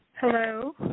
Hello